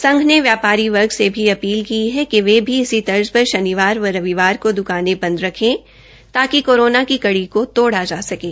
संघ ने व्यापारी वर्ग से भी अपील की है कि वे भी इसी तर्ज पर शनिवार व रविवार को दुकाने बंद रखें ताकि कोरोना की कड़ी को तोड़ा जा सकें